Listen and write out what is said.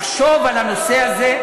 הכנסת לחשוב על הנושא הזה,